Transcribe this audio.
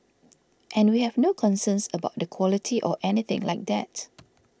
and we have no concerns about the quality or anything like that